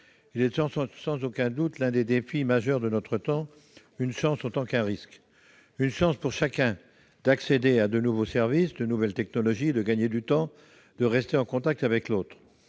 sans aucun doute, l'un des défis majeurs de notre époque ; une chance, autant qu'un risque. Il représente une chance pour chacun d'accéder à de nouveaux services, à de nouvelles technologies, de gagner du temps, de rester en contact avec l'autre,